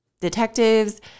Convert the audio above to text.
detectives